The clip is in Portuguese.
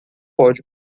pode